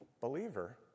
believer